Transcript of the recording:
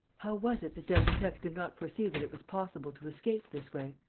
how was it that d'albufex did not foresee that it was possible to escape this way?